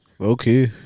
Okay